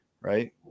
right